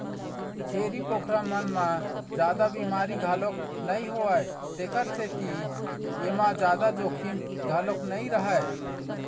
छेरी बोकरा मन म जादा बिमारी घलोक नइ होवय तेखर सेती एमा जादा जोखिम घलोक नइ रहय